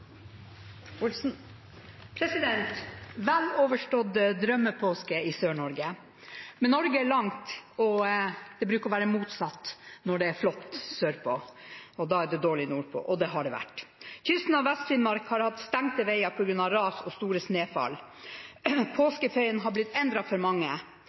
langt, og det bruker å være motsatt: Når det er flott sørpå, er det dårlig nordpå – og det har det vært. Kysten av Vest-Finnmark har hatt stengte veier på grunn av ras og store snøfall. Påskeferien har blitt endret for mange.